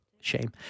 Shame